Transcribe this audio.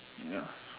ya